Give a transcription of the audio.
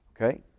Okay